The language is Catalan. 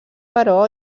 però